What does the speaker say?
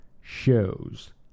shows